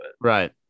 Right